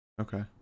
Okay